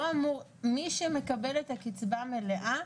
מי שמקבל את הקצבה המלאה,